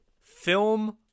Film